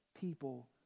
people